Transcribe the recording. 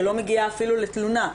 שלא מגיעה אפילו לתלונה.